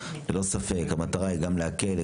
ללא ספק המטרה היא גם להקל,